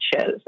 shows